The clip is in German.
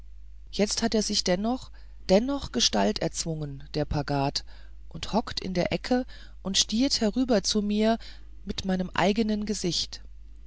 jetzt hat er sich dennoch dennoch gestalt erzwungen der pagad und hockt in der ecke und stiert herüber zu mir mit meinem eigenen gesicht